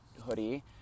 hoodie